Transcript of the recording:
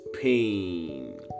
pain